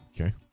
Okay